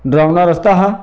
डरौना रस्ता हा